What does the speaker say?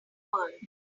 world